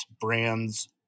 brands